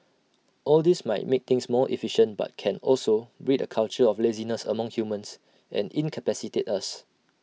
all this might make things more efficient but can also breed A culture of laziness among humans and incapacitate us